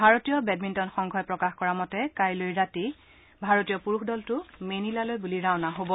ভাৰতীয় বেডমিণ্টন সংঘই প্ৰকাশ কৰা মতে কাইলৈ ৰাতি ভাৰতীয় পুৰুষ দলটো মেনিলালৈ ৰাওনা হব